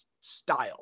style